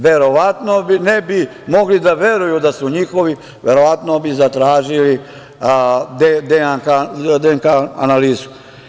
Verovatno ne bi mogli da veruju da su njihovi i verovatno bi zatražili DNK analizu.